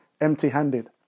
empty-handed